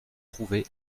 trouvés